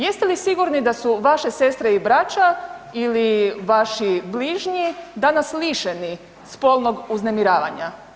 Jeste li sigurni da su vaše sestre i braća ili vaši bližnji danas lišeni spolnog uznemiravanja?